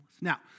Now